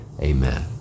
amen